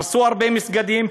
הרסו הרבה מסגדים,